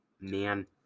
man